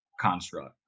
construct